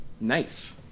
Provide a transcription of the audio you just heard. Nice